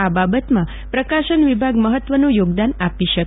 આ બાબતમાં પ્રકાશન વિભાગ મહત્વનું યોગદાન આપી શકે